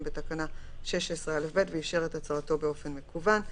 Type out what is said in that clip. בתקנה 16א(ב) ואישר את הצהרתו באופן מקוון,